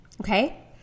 okay